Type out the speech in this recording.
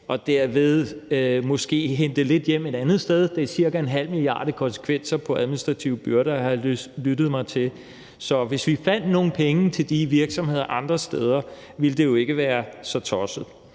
derved kunne hente lidt hjem et andet sted. Det er ca. 0,5 mia. kr. i konsekvenser af administrative byrder, har jeg lyttet mig til. Så hvis vi fandt nogle penge til de virksomheder andre steder, ville det jo ikke være så tosset.